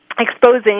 exposing